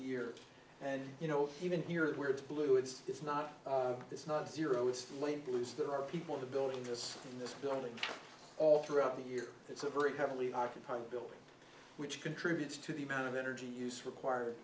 year and you know even here where it's blue it's it's not it's not zero it's too late blues there are people in the building just in this building all throughout the year it's a very heavily occupied building which contributes to the amount of energy use required